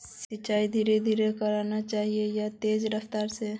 सिंचाई धीरे धीरे करना चही या तेज रफ्तार से?